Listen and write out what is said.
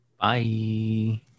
Bye